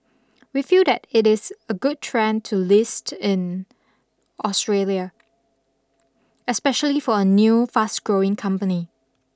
we feel that it is a good trend to list in Australia especially for a new fast growing company